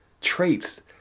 traits